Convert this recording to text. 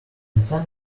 sun